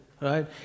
right